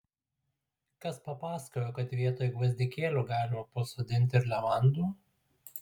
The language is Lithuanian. kas papasakojo kad vietoj gvazdikėlių galima pasisodinti ir levandų